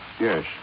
yes